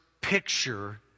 picture